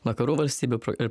vakarų valstybių ir